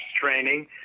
Training